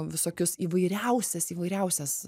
visokius įvairiausias įvairiausias